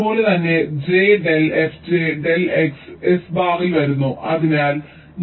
അതുപോലെ തന്നെ j del fj del x s ബാറിൽ വരുന്നു